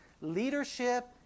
Leadership